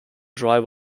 drive